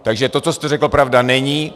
Takže to, co jste řekl, pravda není.